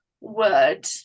word